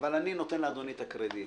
אבל אני נותן לאדוני את הקרדיט.